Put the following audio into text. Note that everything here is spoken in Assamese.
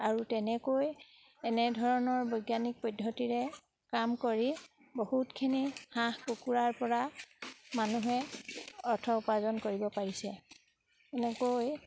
আৰু তেনেকৈ এনেধৰণৰ বৈজ্ঞানিক পদ্ধতিৰে কাম কৰি বহুতখিনি হাঁহ কুকুৰাৰপৰা মানুহে অৰ্থ উপাৰ্জন কৰিব পাৰিছে এনেকৈ